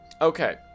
Okay